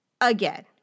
Again